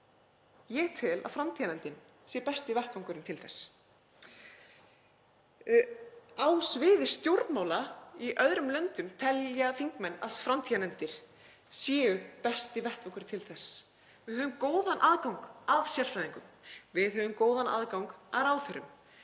Ég tel að framtíðarnefndin sé besti vettvangurinn til þess. Á sviði stjórnmála í öðrum löndum telja þingmenn að framtíðarnefndir séu besti vettvangurinn til þess. Við höfum góðan aðgang að sérfræðingum, við höfum góðan aðgang að ráðherrum,